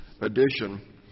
edition